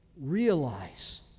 realize